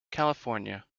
california